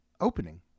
opening